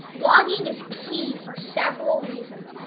blogging is key for several reasons,